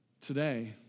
Today